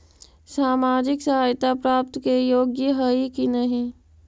सामाजिक सहायता प्राप्त के योग्य हई कि नहीं?